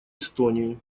эстонии